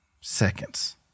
seconds